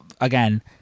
again